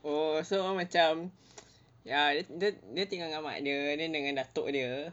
oh so macam ya dia dia tinggal dengan mak dia then dengan datuk dia